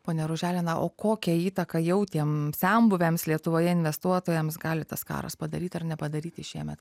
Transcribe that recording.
pone ružele na o kokią įtaką jau tiem senbuviams lietuvoje investuotojams gali tas karas padaryt ar nepadaryti šiemet